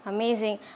Amazing